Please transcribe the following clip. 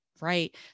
right